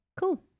cool